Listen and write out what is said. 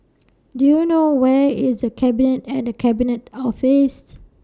Do YOU know Where IS The Cabinet and The Cabinet Office